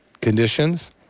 conditions